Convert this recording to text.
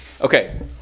Okay